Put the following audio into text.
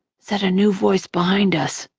said a new voice behind us.